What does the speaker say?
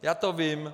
Já to vím.